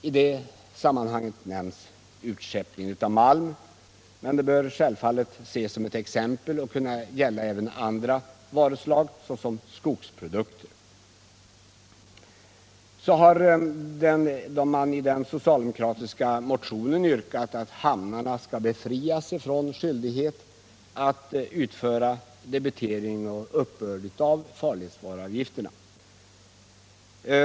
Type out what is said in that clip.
I sammanhanget nämns utskeppningen av malm, men det Torsdagen den bör självfallet ses som ett exempel och kunna gälla även andra varuslag, 15 december 1977 t.ex. skogsprodukter. I den socialdemokratiska motionen har också yrkats I att hamnarna skall befrias från skyldighet att utföra debitering och upp Nytt system för de börd av farledsvaruavgifterna.